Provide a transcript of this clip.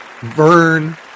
Vern